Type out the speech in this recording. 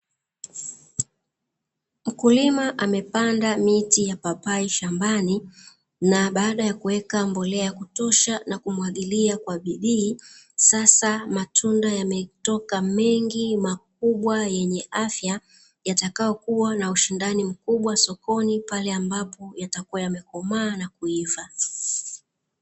Mkulima amepanda miti ya papai shambani na baada ya kuweka mbolea ya kutosha na kumwagilia kwa bidii, sasa matunda yametoka mengi makubwa yenye afya, yatakayokuwa na ushidani mkubwa sokoni pale ambapo yatakua yamekomaa na kuiva.